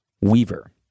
Weaver